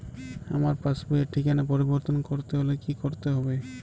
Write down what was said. আমার পাসবই র ঠিকানা পরিবর্তন করতে হলে কী করতে হবে?